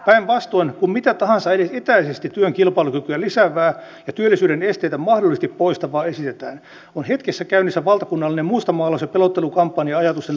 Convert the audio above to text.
päinvastoin kun mitä tahansa etäisesti työn kilpailukykyä lisäävää ja työllisyyden esteitä mahdollisesti poistavaa esitetään on hetkessä käynnissä valtakunnallinen mustamaalaus ja pelottelukampanja ajatusten torpedoimiseksi